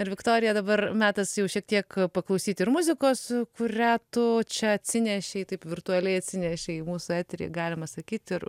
ir viktorija dabar metas jau šiek tiek paklausyti muzikos kurią tu čia atsinešei taip virtualiai atsinešei į mūsų eterį galima sakyt ir